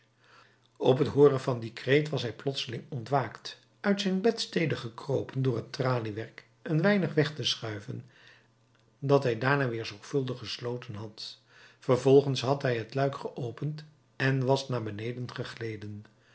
op t hooren van dien kreet was hij plotseling ontwaakt uit zijn bedstede gekropen door het traliewerk een weinig weg te schuiven dat hij daarna weder zorgvuldig gesloten had vervolgens had hij het luik geopend en was naar beneden gegleden